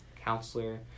counselor